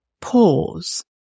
pause